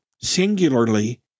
singularly